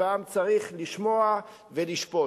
והעם צריך לשמוע ולשפוט.